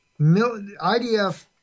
IDF